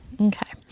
Okay